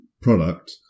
product